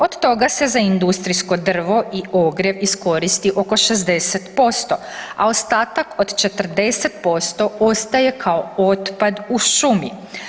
Od toga se za industrijsko drvo i ogrjev iskoristi oko 60%, a ostatak od 40% ostaje kao otpad u šumi.